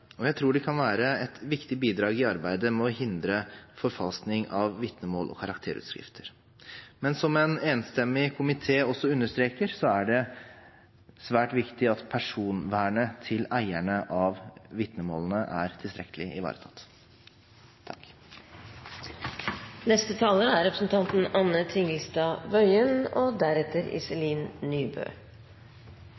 forslag. Jeg tror det kan være et viktig bidrag i arbeidet med å hindre forfalskning av vitnemål- og karakterutskrifter. Men som en enstemmig komité også understreker, er det svært viktig at personvernet til eierne av vitnemålene er tilstrekkelig ivaretatt. Som det har vært sagt flere ganger, er